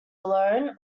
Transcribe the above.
alone